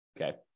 okay